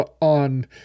on